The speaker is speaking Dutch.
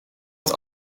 het